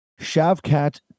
Shavkat